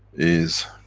is.